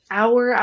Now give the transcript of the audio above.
hour